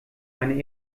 ein